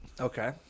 Okay